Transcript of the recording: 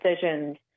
decisions